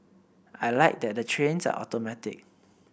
I like that the trains are automatic